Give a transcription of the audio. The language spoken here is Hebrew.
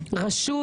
רשות